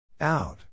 Out